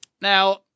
Now